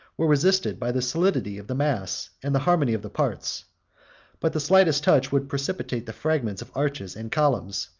were resisted by the solidity of the mass and the harmony of the parts but the slightest touch would precipitate the fragments of arches and columns,